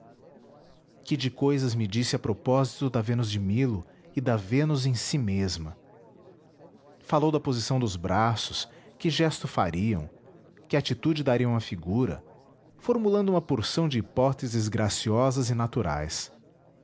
que de coisas me disse a propósito da vênus de milo e da vênus em si mesma falou da posição dos braços que gesto fariam que atitude dariam à figura formulando uma porção de hipóteses graciosas e naturais